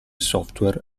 software